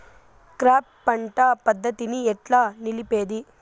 Crop పంట పద్ధతిని ఎట్లా నిలిపేది?